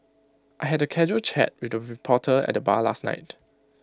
I had A casual chat with A reporter at the bar last night